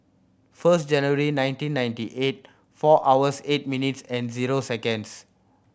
first January nineteen ninety eight four hours eight minutes and zero seconds